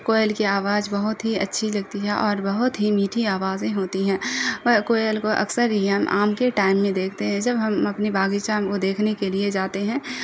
کوئل کی آواز بہت ہی اچھی لگتی ہے اور بہت ہی میٹھی آوازیں ہوتی ہیں مگر کوئل کو اکثر ہی ہم آم کے ٹائم میں دیکھتے ہیں جب ہم اپنے باغیچہ میں ان کو دیکھنے کے لیے جاتے ہیں